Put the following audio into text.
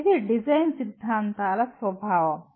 design సిద్ధాంతాల స్వభావం అది